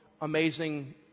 amazing